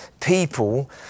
People